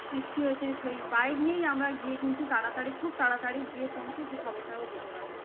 সৃষ্টি হয়েছে সেই বাইক নিয়েই আমরা গিয়ে কিন্তু তাড়াতাড়ি খুব তাড়াতাড়ি গিয়ে পৌঁছে সে খবরটাও দিতে পারি